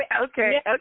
okay